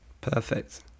perfect